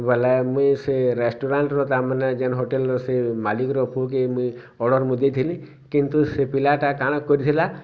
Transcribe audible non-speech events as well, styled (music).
ବେଲେ ମୁଇଁ ସେ ରେଷ୍ଟୁରାଣ୍ଟର ତା'ର୍ ମାନେ ଯେନ୍ ହୋଟେଲ୍ର ସେ ମାଲିକ୍ ର ପୁଅ କେ (unintelligible) ଅର୍ଡ଼ର୍ ମୁଇଁ ଦେଇଥିଲି କିନ୍ତୁ ସେ ପିଲାଟା କାଣା କରିଥିଲା